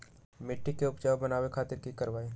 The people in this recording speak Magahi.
मिट्टी के उपजाऊ बनावे खातिर की करवाई?